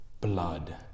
blood